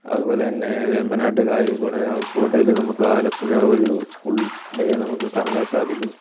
അതുപോലെ തന്നെ വേമ്പനാട്ട് കായലില് കൂടെ ഹൗസ് ബോട്ടെൽ നമുക്ക് ആലപ്പുഴ ഒരു ഫുള് ഡെ നമുക്ക് കറങ്ങാന് സാധിക്കും